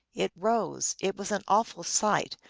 it rose it was an awful sight,